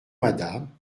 madame